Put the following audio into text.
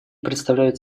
представляют